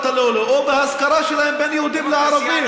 הללו או בהשכרה שלו בין יהודים לערבים.